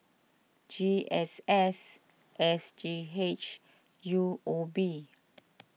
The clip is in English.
G S S S G H U O B